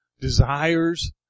desires